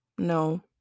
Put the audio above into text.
No